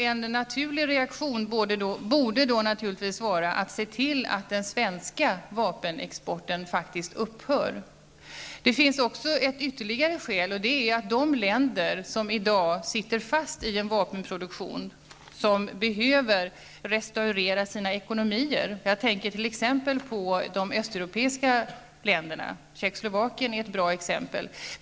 En naturlig reaktion borde då naturligtvis vara att man ser till att den svenska vapenexporten faktiskt upphör. Det finns också ett ytterligare skäl, nämligen att det finns länder som i dag sitter fast i sin vapenproduktion och som behöver restaurera sin ekonomi. Jag tänker t.ex. på de östeuropeiska länderna. Tjeckoslovakien är ett bra exempel.